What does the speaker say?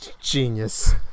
genius